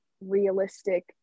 realistic